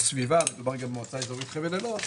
הסביבה דובר גם על מועצה אזורית חבל אילות